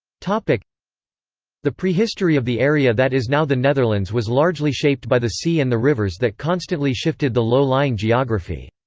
like the prehistory of the area that is now the netherlands was largely shaped by the sea and the rivers that constantly shifted the low-lying geography.